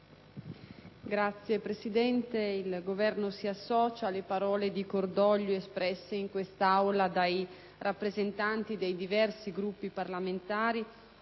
Signor Presidente, il Governo si associa alle parole di cordoglio espresse in quest'Aula dai rappresentanti dei diversi Gruppi parlamentari